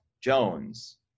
jones